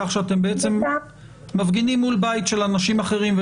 כך שאתם בעצם מפגינים מול בית של אנשים אחרים,